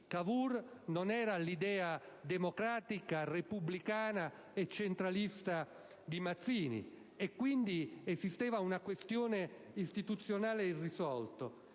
Cavour non era l'idea democratica, repubblicana e centralista di Mazzini. Esisteva, inoltre, una questione istituzionale irrisolta,